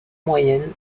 moyenne